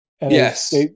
Yes